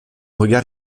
regard